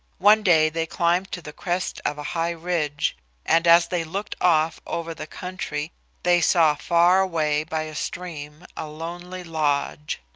one day they climbed to the crest of a high ridge, and as they looked off over the country they saw far away by a stream a lonely lodge.